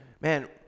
man